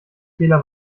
fehler